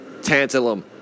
tantalum